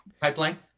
Pipeline